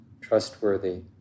trustworthy